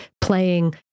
playing